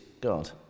God